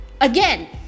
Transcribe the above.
again